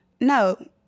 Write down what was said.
no